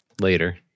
Later